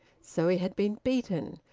so he had been beaten,